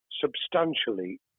substantially